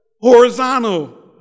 horizontal